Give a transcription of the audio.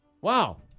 Wow